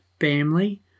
family